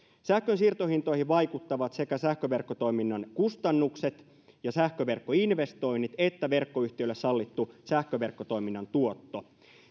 sähkön siirtohintoihin vaikuttavat sekä sähköverkkotoiminnan kustannukset ja sähköverkkoinvestoinnit että verkkoyhtiöille sallittu sähköverkkotoiminnan tuotto